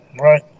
Right